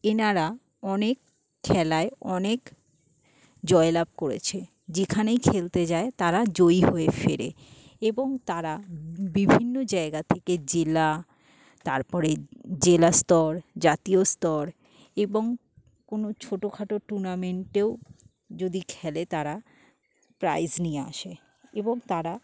এনারা অনেক খেলায় অনেক জয়লাভ করেছে যেখানেই খেলতে যায় তারা জয়ী হয়ে ফেরে এবং তারা বিভিন্ন জায়গা থেকে জেলা তারপরে জেলাস্তর জাতীয় স্তর এবং কোনো ছোটোখাটো টুনামেন্টেও যদি খেলে তারা প্রাইজ নিয়ে আসে এবং তারা